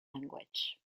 language